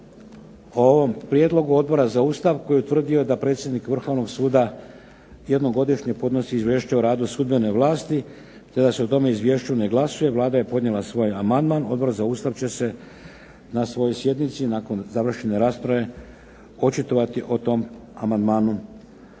O ovom prijedlogu Odbora za Ustav koji je utvrdio da predsjednik Vrhovnog suda jednom godišnje podnosi izvješće o radu sudbene vlasti te da se o tome izvješću ne glasuje Vlada je podnijela svoj amandman. Odbor za Ustav će se na svojoj sjednici nakon završene rasprave očitovati o tom amandmanu